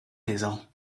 diesel